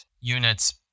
units